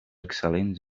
excel·lents